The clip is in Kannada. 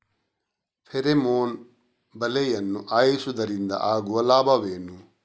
ಫೆರಮೋನ್ ಬಲೆಯನ್ನು ಹಾಯಿಸುವುದರಿಂದ ಆಗುವ ಲಾಭವೇನು?